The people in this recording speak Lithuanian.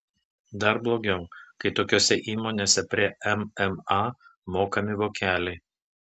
dar blogiau kai tokiose įmonėse prie mma mokami vokeliai